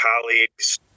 colleagues